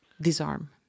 disarm